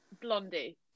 Blondie